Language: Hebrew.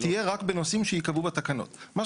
אבל